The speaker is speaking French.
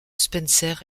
spencer